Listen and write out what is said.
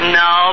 no